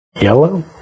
yellow